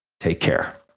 take care.